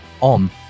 on